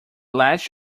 latch